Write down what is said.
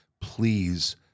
Please